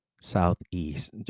Southeast